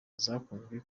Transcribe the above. zakunzwe